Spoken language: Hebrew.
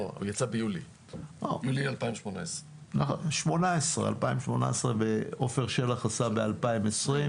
לא, יצא ביולי 2018. 2018. עפר שלח עשה ב-2020.